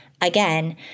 again